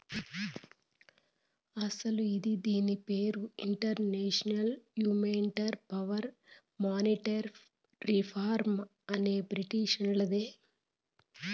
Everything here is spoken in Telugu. అస్సలు ఇది దీని పేరు international movement for monetary reform అనే బ్రిటీషోల్లదిలే